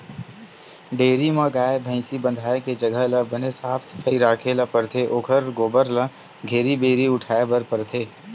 dairy म गाय, भइसी बंधाए के जघा ल बने साफ सफई राखे ल परथे ओखर गोबर ल घेरी भेरी उठाए बर परथे